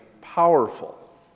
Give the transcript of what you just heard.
powerful